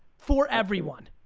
for everyone.